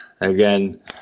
Again